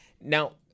Now